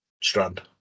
strand